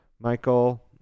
Michael